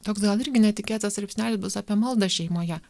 toks gal irgi netikėtas straipsnelis bus apie maldą šeimoje